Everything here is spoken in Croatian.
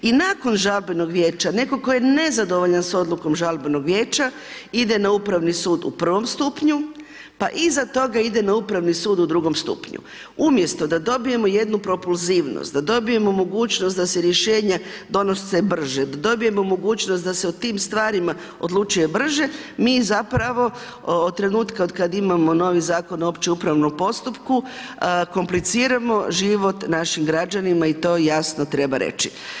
I nakon žalbenog vijeća neko ko je nezadovoljan odlukom žalbenog vijeća ide na Upravni sud u prvom stupnju pa ide toga ide na Upravni sud u drugom stupnju, umjesto da dobijemo jednu propulzivnost, da dobijemo mogućnost da se rješenja donose brže, da dobijemo mogućnost da se o tim stvarima odlučuje brže mi od trenutka od kada imamo novi Zakon o općem upravnom postupku kompliciramo život našim građanima i to jasno treba reći.